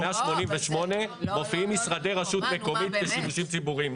ב-188 מופיעים משרדי רשות מקומית כשימושים ציבוריים.